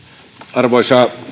arvoisa